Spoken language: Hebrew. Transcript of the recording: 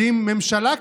אז עם ממשלה כזאת,